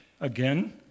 again